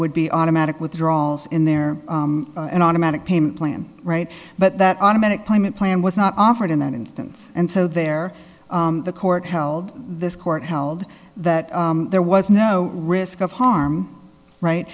would be automatic withdrawals in there and automatic payment plan right but that automatic payment plan was not offered in that instance and so there the court held this court held that there was no risk of harm right